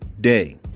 day